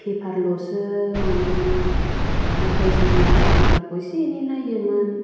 पेपारल'सो मोनोमोन नाथाय जोङो पेपारखौ एसे एनै नायो मोन